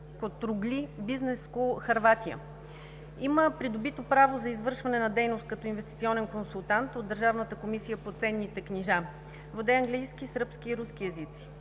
от „Котругли“, Хърватия. Има придобито право за извършване на дейност като инвестиционен консултант от Държавната комисия по ценните книжа. Владее английски, сръбски и руски езици.